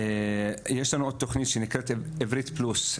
יש לנו עוד תוכנית הנקראת עברית פלוס.